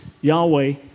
Yahweh